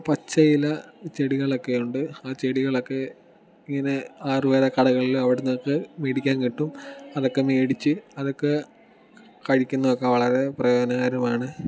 പച്ചയില ചെടികളൊക്കെയുണ്ട് ആ ചെടികളൊക്കെ ഇങ്ങനെ ആയുർവേദ കടകളിലും അവിടുന്നൊക്കെ മേടിക്കാൻ കിട്ടും അതൊക്കെ മേടിച്ച് അതൊക്കെ കഴിക്കുന്നതൊക്കെ വളരെ പ്രയോജനകരമാണ്